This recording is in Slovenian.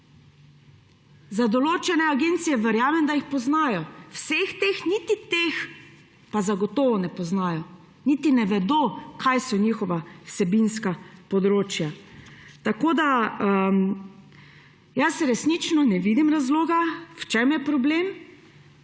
Za določene agencije verjamem, da jih poznajo, vseh, niti teh pa zagotovo ne poznajo, niti ne vedo, kaj so njihova vsebinska področja. Jaz resnično ne vidim razloga, v čem je problem.